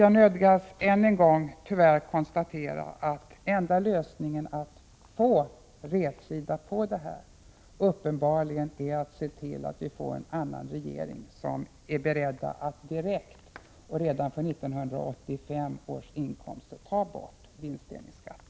Jag nödgas tyvärr än en gång konstatera att den enda lösningen att få rätsida på detta uppenbarligen är att se till att vi får en annan regering, som är beredd att direkt och redan fr.o.m. 1985 års inkomster ta bort vinstdelningsskatten.